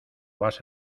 vas